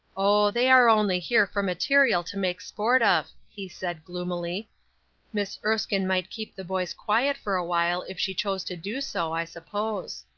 oh, they are only here for material to make sport of, he said, gloomily miss erskine might keep the boys quiet for awhile if she chose to do so, i suppose.